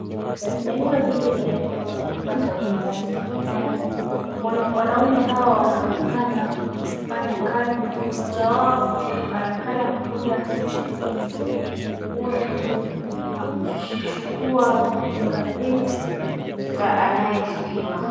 Eneo hili ni eneo la kupata huduma ya serikali. Wanaume hawa wanaonekana kufanya kazi moja wao anaonekana kupiga mhuri na kuchukua fingerprints za anayeshukiwa.